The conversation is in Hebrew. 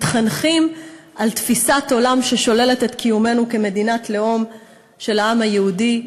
מתחנכים על תפיסת עולם ששוללת את קיומנו כמדינת לאום של העם היהודי,